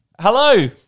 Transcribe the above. Hello